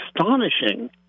astonishing